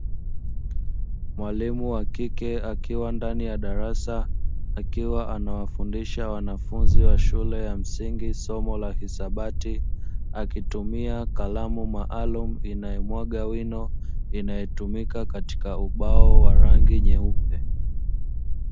Mwalimu wa kike akiwa ndani ya darasa akiwa anawafundisha wanafunzi wa shule ya msingi, somo la hisabati. Akitumia kalamu maalumu inayomwaga wino, inayotumika katika ubao wa rangi nyeupe.